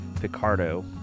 Picardo